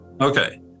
Okay